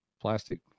Plastic